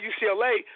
UCLA